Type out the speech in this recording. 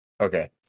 Okay